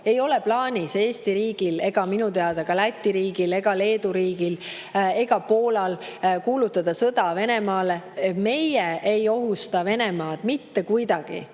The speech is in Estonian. ei ole plaanis Eesti riigil ega minu teada ka Läti riigil ega Leedu riigil ega Poolal kuulutada sõda Venemaale. Meie ei ohusta Venemaad mitte kuidagi.